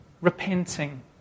Repenting